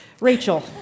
Rachel